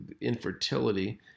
infertility